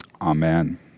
amen